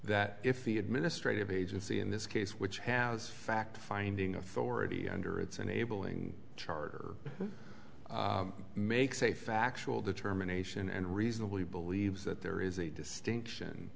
that if the administrative agency in this case which has fact finding authority under its enabling charter makes a factual determination and reasonably believes that there is a distinction